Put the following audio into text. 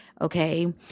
Okay